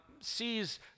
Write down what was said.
sees